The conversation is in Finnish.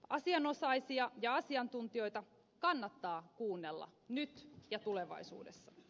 asianosaisia ja asiantuntijoita kannattaa kuunnella nyt ja tulevaisuudessa